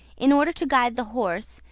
in order to guide the horse,